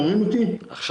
כל